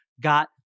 got